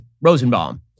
Rosenbaum